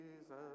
Jesus